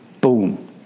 Boom